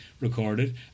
recorded